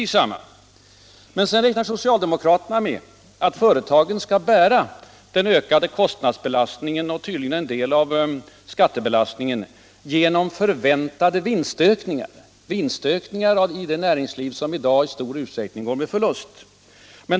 Sedan räknar socialdemokraterna med att företagen skall bära den ökade lönekostnadsökningen och tydligen en del av skattebelastningen genom förväntade vinstökningar — vinstökningar i det näringsliv som i dag i stor utsträckning går med förlust.